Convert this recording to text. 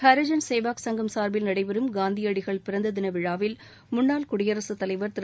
ஹரிஜன் சேவக் சங்கம் சார்பில் நடைபெறும் காந்தியடிகள் பிறந்த தின விழாவில் முன்னாள் குடியரசுத் தலைவர் திரு